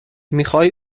میخوای